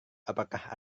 apakah